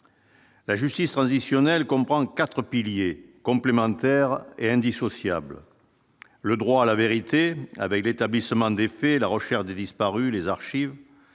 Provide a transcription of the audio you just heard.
La justice transitionnelle comprend 4 piliers complémentaires et indissociables, le droit à la vérité avec l'établissement des faits, la recherche des disparus, les archives,